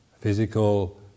physical